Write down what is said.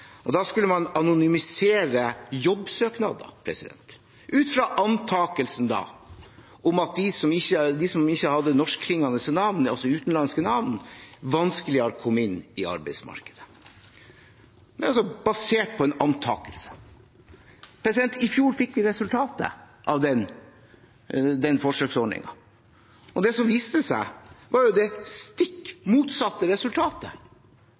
Da skulle man anonymisere jobbsøknader, ut fra antakelsen om at de som ikke hadde norsk-klingende navn, altså utenlandske navn, hadde vanskeligere for å komme inn i arbeidsmarkedet. Det var altså basert på en antakelse. I fjor fikk vi resultatet av den forsøksordningen, og det som viste seg, var jo det stikk motsatte resultatet,